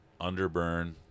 underburn